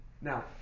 Now